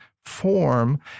Form